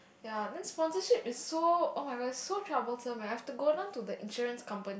ya then sponsorship is so oh-my-god is so troublesome eh I have to go down to the insurance company